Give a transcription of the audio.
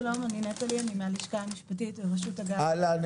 שלום, אני מהלשכה המשפטית, רשות הגז, משרד